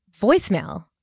voicemail